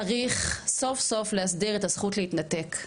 צריך סוף-סוף להסדיר את הזכות להתנתק.